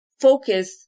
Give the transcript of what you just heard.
Focus